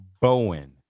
Bowen